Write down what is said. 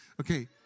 Okay